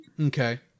Okay